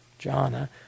jhana